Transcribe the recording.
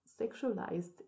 sexualized